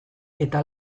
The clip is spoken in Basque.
eta